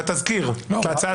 בתזכיר, בהצעה